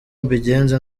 mbigenza